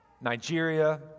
Nigeria